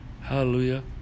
Hallelujah